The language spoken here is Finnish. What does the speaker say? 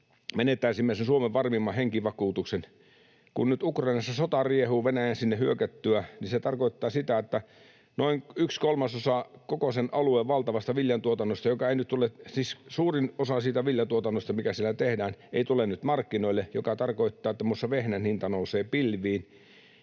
menettäisimme Suomen varmimman henkivakuutuksen. Kun nyt Ukrainassa sota riehuu Venäjän sinne hyökättyä, niin se tarkoittaa sitä, että noin yksi kolmasosa koko sen alueen valtavasta viljantuotannosta, siis suurin osa siitä viljantuotannosta, mikä siellä tehdään, ei tule nyt markkinoille, mikä tarkoittaa, että muun muassa vehnän hinta nousee pilviin.